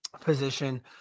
position